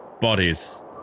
bodies